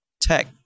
tech